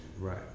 Right